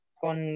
con